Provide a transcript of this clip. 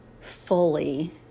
fully